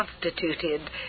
constituted